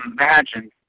imagine